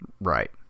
Right